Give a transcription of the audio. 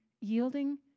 yielding